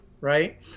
right